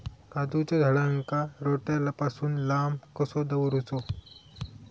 काजूच्या झाडांका रोट्या पासून लांब कसो दवरूचो?